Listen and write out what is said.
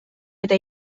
eta